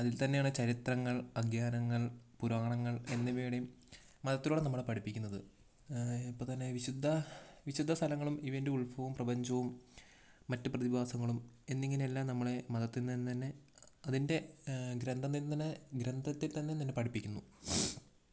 അതിൽത്തന്നെയാണ് ചരിത്രങ്ങൾ അദ്ധ്യാനങ്ങൾ പുരാണങ്ങൾ എന്നിവയുടെയും മതത്തിലൂടെ നമ്മളെ പഠിപ്പിക്കുന്നത് ഇപ്പം തന്നെ വിശുദ്ധ വിശുദ്ധ സ്ഥലങ്ങളും ഇവയിന്റെ ഉത്ഭവും പ്രപഞ്ചവും മറ്റ് പ്രതിഭാസങ്ങളും എന്നിങ്ങനെല്ലാം നമ്മളുടെ മതത്തിൽ നിന്ന് തന്നെ അതിന്റെ ഗ്രന്ഥനിന്നനെ ഗ്രന്ഥത്തിൽ തന്നെ നിന്ന് പഠിപ്പിക്കുന്നു